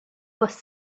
was